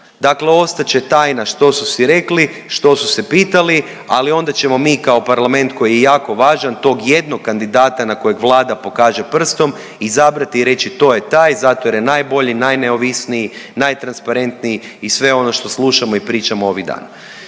Dakle, ostat će tajna što su si rekli, što su se pitali ali onda ćemo mi kao Parlament koji je jako važan tog jednog kandidata na kojeg Vlada pokaže prstom izabrati i reći to je taj zato jer je najbolji, najneovisniji, najtransparentniji i sve ono što slušamo i pričamo ovih dana.